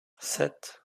sept